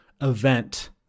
event